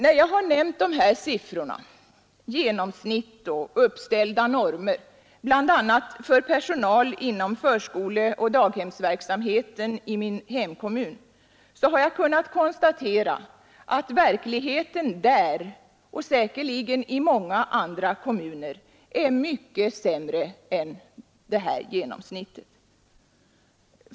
När jag har nämnt de här siffrorna i fråga om genomsnitt och uppställda normer bl.a. för personal inom förskoleoch daghemsverksamheten i min hemkommun, har jag kunnat konstatera att verkligheten där — och säkerligen i många andra kommuner — är mycket sämre än genomsnittet.